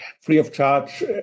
free-of-charge